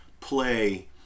play